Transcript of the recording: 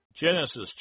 Genesis